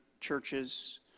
churches